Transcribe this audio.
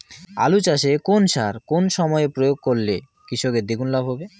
আলু চাষে কোন সার কোন সময়ে প্রয়োগ করলে কৃষকের দ্বিগুণ লাভ হবে?